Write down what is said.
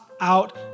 out